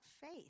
faith